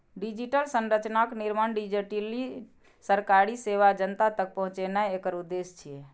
digital संरचनाक निर्माण, digitally सरकारी सेवा जनता तक पहुंचेनाय एकर उद्देश्य छियै